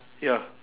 ya